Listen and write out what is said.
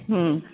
হুম